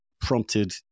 prompted